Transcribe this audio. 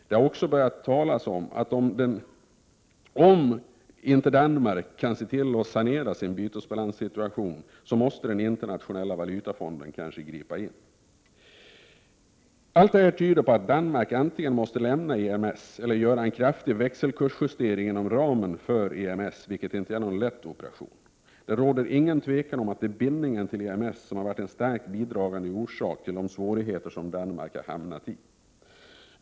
Det har också börjat talas om att den internationella valutafonden måste gripa in, om Danmark inte kan se till att sanera sin bytesbalanssituation. Allt detta tyder på att Danmark antingen måste lämna EMS eller göra en kraftig växelkursjustering inom ramen för EMS, vilket inte är någon lätt operation. Det råder inget tvivel om att bindningen till EMS har varit en starkt bidragande orsak till de svårigheter som Danmark har hamnat i.